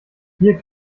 hier